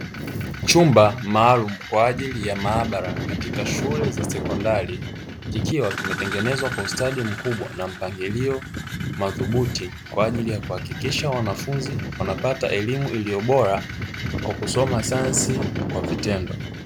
Chumba maalumu kwa ajili ya maabara katika shule za sekondari, kikiwa kimetengenezwa kwa ustadi mkubwa na mpangilio madhubuti, kwa ajili ya kuhakikisha wanafunzi wanapata elimu iliyo bora, kwa kusoma sayansi kwa vitendo.